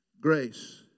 Grace